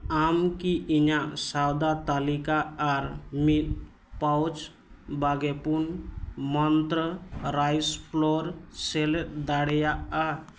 ᱟᱢ ᱠᱤ ᱤᱧᱟᱹᱜ ᱥᱚᱣᱫᱟ ᱛᱟᱹᱞᱤᱠᱟ ᱟᱨ ᱢᱤᱫ ᱯᱟᱣᱩᱡ ᱵᱟᱜᱮ ᱯᱩᱱ ᱢᱚᱱᱛᱨᱟ ᱨᱟᱭᱤᱥ ᱯᱷᱞᱳᱨ ᱥᱮᱞᱮᱫ ᱫᱟᱲᱮᱭᱟᱜᱼᱟ